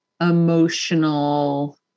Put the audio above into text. emotional